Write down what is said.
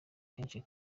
kenshi